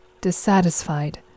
dissatisfied